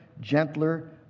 gentler